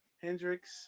Hendrix